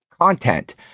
content